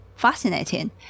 fascinating